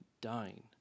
dying